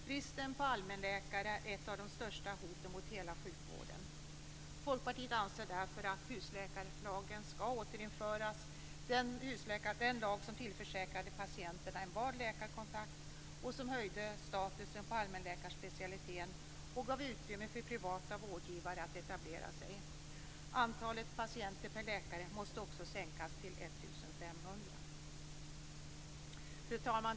Bristen på allmänläkare är ett av de största hoten mot hela sjukvården. Folkpartiet anser därför att husläkarlagen skall återinföras, den lag som tillförsäkrade patienterna en vald läkarkontakt, som höjde statusen på allmänläkarspecialiteten och gav utrymme för privata vårdgivare att etablera sig. Antalet patienter per läkare måste också sänkas till 1 500. Fru talman!